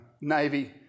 navy